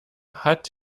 hat